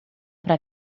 para